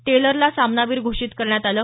टेलरला सामनावीर घोषित करण्यात आलं